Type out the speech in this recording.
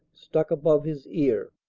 stuck above his ear.